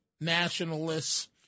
nationalists